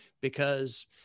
because-